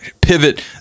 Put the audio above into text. pivot